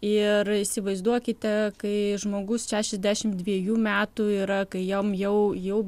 ir įsivaizduokite kai žmogus šešiasdešimt dviejų metų yra kai jam jau jau